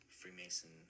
Freemason